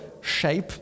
shape